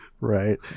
Right